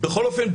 בכל אופן,